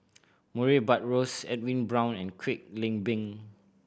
Murray Buttrose Edwin Brown and Kwek Leng Beng